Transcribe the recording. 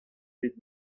pet